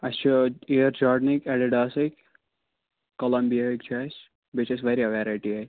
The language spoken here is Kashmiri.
اسہِ چھِ ایرچارڈٕنٕکۍ ایڈِڈاسٕکۍ کولمبِیاہٕکۍ چھِ اسہِ بیٚیہِ چھِ اسہِ واریاہ ویرایٹی اَتہِ